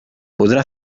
podrà